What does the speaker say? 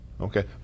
Okay